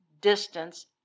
distance